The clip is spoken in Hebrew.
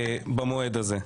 במועד הזה.